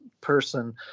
person